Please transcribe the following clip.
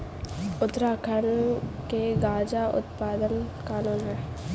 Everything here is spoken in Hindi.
उत्तराखंड में गांजा उत्पादन कानूनी है